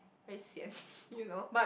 very sian you know